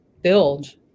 build